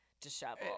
disheveled